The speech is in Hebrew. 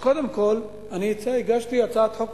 לפני שנה הגשתי הצעת חוק